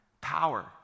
power